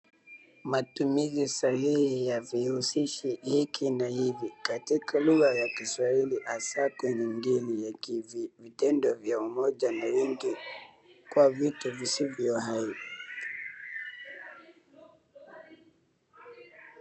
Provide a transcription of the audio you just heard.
Matumizi sahihi ya vihusishi hiki na hivi katika lugha ya kiswahili asa kwa ngeli ya ki-vi, vitendo vya umoja na wingi kwa vitu visivyo visivyo hai.